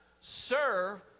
serve